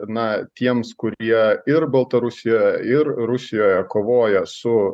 na tiems kurie ir baltarusijoje ir rusijoje kovoja su